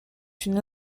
une